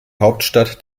hauptstadt